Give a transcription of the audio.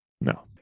No